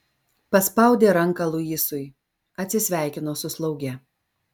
paspaudė ranką luisui atsisveikino su slauge